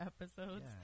episodes